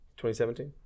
2017